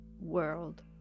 world